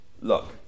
Look